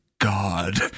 god